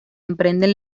emprenden